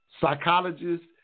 psychologists